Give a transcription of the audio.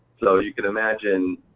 so you could imagine,